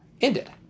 ended